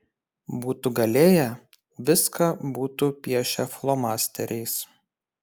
būtų galėję viską būtų piešę flomasteriais